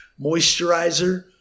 moisturizer